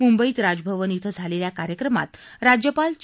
मुंबईत राजभवन इथं झालेल्या कार्यक्रमात राज्यपाल चे